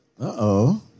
Uh-oh